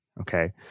Okay